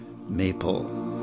Maple